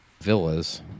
villas